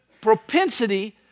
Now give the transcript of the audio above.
propensity